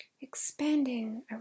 expanding